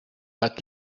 but